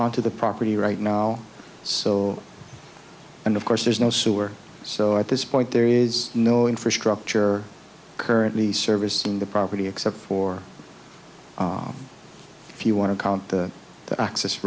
on to the property right now so and of course there's no sewer so at this point there is no infrastructure currently service in the property except for if you want to count the access